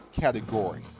category